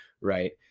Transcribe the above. right